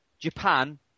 Japan